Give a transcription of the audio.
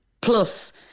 plus